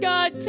God